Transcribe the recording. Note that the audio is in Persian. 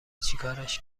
چیکارش